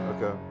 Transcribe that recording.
Okay